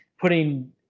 putting